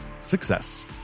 success